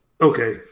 Okay